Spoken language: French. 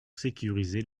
sécuriser